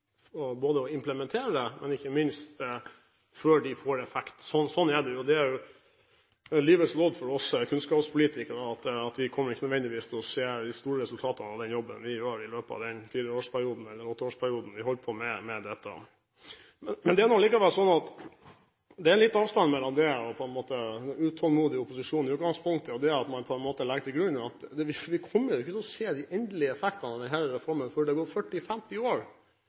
ikke nødvendigvis kommer til å se de store resultatene av den jobben vi gjør i løpet av den fireårsperioden eller åtteårsperioden vi holder på med det. Men det er nå likevel litt avstand mellom det å være en litt utålmodig opposisjon i utgangspunktet og det at man på en måte legger til grunn at vi virkelig ikke kommer til å se de endelige effektene av denne reformen før det har gått 40–50 år,